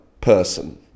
person